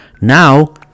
now